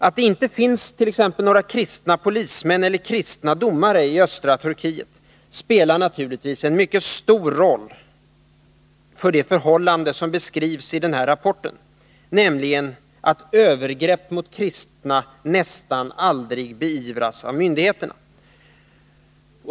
Att det inte finns t.ex. några kristna polismän eller kristna domare i östra Turkiet spelar naturligtvis också en mycket stor roll för det förhållande som beskrivs i den nämnda rapporten, nämligen att övergrepp mot kristna nästan aldrig beivras av myndigheterna.